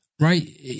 Right